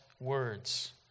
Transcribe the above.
words